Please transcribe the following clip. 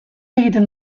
egiten